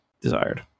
desired